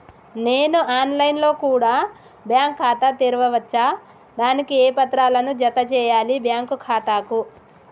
నేను online లో కూడా బ్యాంకు ఖాతా ను తెరవ వచ్చా? దానికి ఏ పత్రాలను జత చేయాలి బ్యాంకు ఖాతాకు?